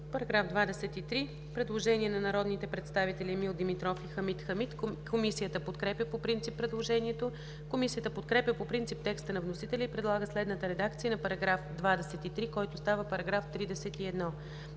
По § 23 има предложение на народните представители Емил Димитров и Хамид Хамид. Комисията подкрепя по принцип предложението. Комисията подкрепя по принцип текста на вносителя и предлага следната редакция на § 23, който става § 31: „§ 31.